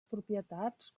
propietats